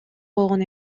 болгон